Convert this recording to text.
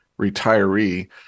retiree